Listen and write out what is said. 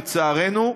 לצערנו,